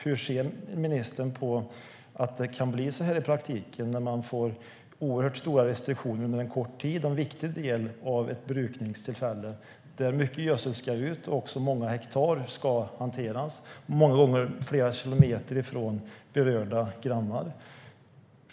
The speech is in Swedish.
Hur ser ministern på att det kan bli så här i praktiken, när man får oerhört stora restriktioner under kort tid som är en viktig del av ett brukningstillfälle, där mycket gödsel ska ut och många hektar ska hanteras, många gånger flera kilometer från berörda grannar?